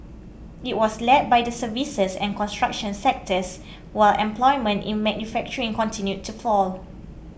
it was led by the services and construction sectors while employment in manufacturing continued to fall